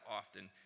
often